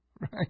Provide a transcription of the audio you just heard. Right